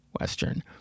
Western